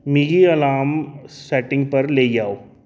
मिगी alarm setting पर लेई आओ